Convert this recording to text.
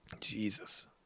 Jesus